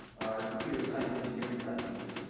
our computer science engineering class teachers.